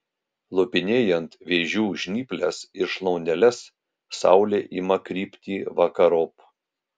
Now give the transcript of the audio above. lupinėjant vėžių žnyples ir šlauneles saulė ima krypti vakarop